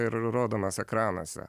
ir rodomas ekranuose